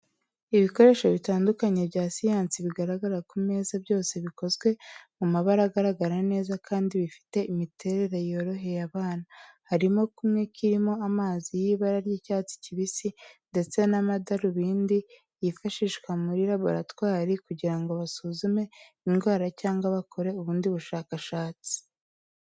Ibikoresho bitandukanye bya siyansi bigaragara ku meza, byose bikozwe mu mabara agaragara neza kandi bifite imiterere yoroheye abana, harimo kumwe kirimo amazi y'ibara ry'icyatsi kibisi, ndetse n'amadarubindi yifashishwa muri laboratwari kugira ngo basuzume indwara cyangwa bakore ubundi bushakashatsi.